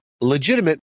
legitimate